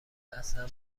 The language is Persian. اصلا